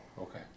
okay